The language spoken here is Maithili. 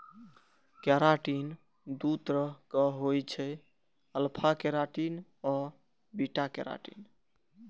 केराटिन दू तरहक होइ छै, अल्फा केराटिन आ बीटा केराटिन